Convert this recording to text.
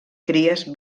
cries